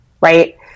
right